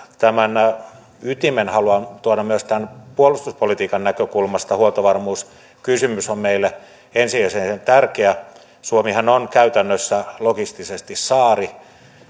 ytimen haluan tuoda myös tämän puolustuspolitiikan näkökulmasta huoltovarmuuskysymys on meillä ensisijaisen tärkeä suomihan on käytännössä logistisesti saari